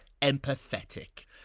empathetic